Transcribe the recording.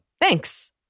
Thanks